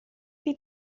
chi